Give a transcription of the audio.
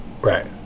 Right